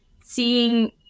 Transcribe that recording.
seeing